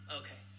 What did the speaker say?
okay